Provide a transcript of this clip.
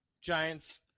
Giants